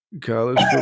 College